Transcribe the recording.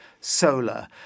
solar